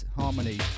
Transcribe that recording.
harmony